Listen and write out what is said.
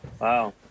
wow